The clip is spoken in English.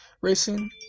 racing